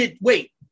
Wait